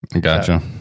Gotcha